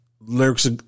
lyrics